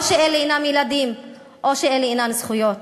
או שאלה אינם ילדים, או שאלה אינן זכויות?